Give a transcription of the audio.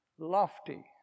lofty